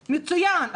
מצוין,